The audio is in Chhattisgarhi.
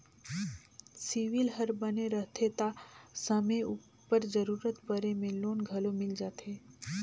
सिविल हर बने रहथे ता समे उपर जरूरत परे में लोन घलो मिल जाथे